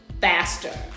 faster